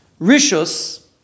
rishos